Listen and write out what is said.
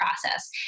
process